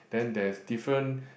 then there is different